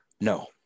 No